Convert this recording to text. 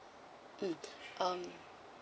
mm um